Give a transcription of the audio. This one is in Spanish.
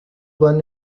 van